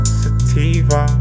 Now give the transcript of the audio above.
sativa